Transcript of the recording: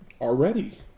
already